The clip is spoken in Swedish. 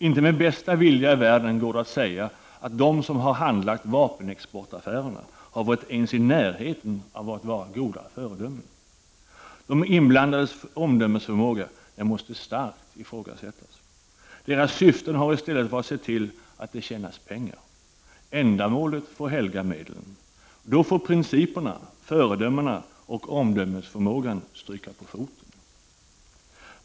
Inte med bästa vilja i världen går det i dag att säga att de som har handlagt vapenexportaffärerna har varit ens i närheten av att vara goda föredömen. De inblandades omdömesförmåga måste starkt ifrågasättas. Deras syfte har istället varit att se till att det tjänas pengar. Ändamålet får helga medlen. Då får principerna, föredömena och omdömesförmågan stryka på foten.